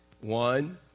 One